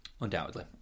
undoubtedly